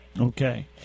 Okay